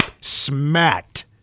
smacked